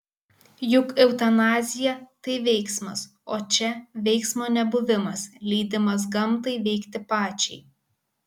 juk eutanazija tai veiksmas o čia veiksmo nebuvimas leidimas gamtai veikti pačiai